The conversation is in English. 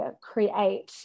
create